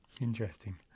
interesting